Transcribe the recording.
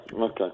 Okay